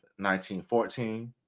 1914